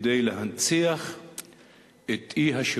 כדי להנציח,